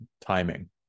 timing